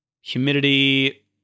Humidity